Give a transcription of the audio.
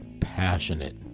Passionate